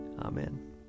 Amen